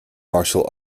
martial